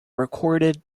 recorded